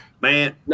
Man